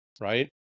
right